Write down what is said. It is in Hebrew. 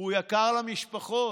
הוא יקר למשפחות,